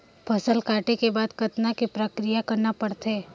फसल काटे के बाद कतना क प्रक्रिया करना पड़थे?